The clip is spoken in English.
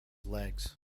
legs